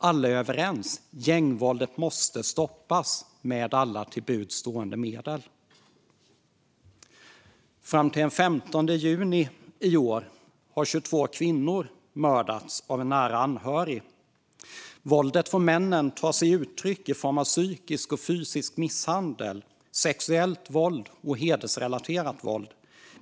Alla är överens om att gängvåldet måste stoppas med alla till buds stående medel. Fram till den 15 juni i år har 22 kvinnor mördats av en nära anhörig. Våldet från männen tar sig uttryck i psykisk och fysisk misshandel, sexuellt våld och hedersrelaterat våld.